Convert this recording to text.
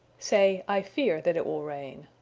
say, i fear that it will rain.